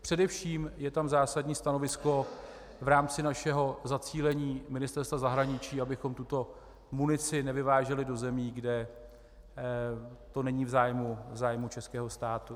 Především je tam zásadní stanovisko v rámci našeho zacílení Ministerstva zahraničí, abychom tuto munici nevyváželi do zemí, kde to není v zájmu českého státu.